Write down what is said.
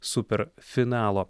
super finalo